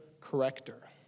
corrector